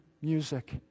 music